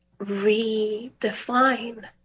redefine